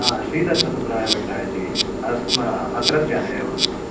हा श्रीदत्तसुब्रायभट्टः इति अस्म अत्रत्यः एव